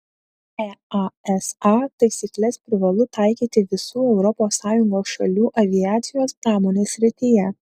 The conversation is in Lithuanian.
easa taisykles privalu taikyti visų europos sąjungos šalių aviacijos pramonės srityje